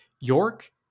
York